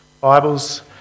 Bibles